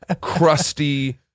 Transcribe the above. crusty